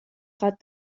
خواد